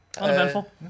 Uneventful